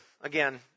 Again